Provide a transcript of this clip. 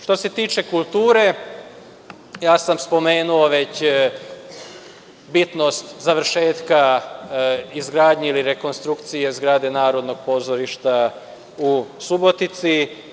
Što se tiče kulture, spomenuo sam bitnost završetka izgradnje ili rekonstrukcije zgrade Narodnog pozorišta u Subotici.